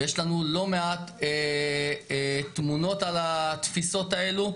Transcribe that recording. ויש לנו לא מעט תמונות על התפיסות האלו,